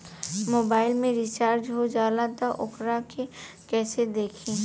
Mobile में recharge हो जाला त वोकरा के कइसे देखी?